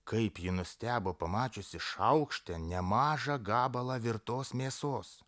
kaip ji nustebo pamačiusi šaukšte nemažą gabalą virtos mėsos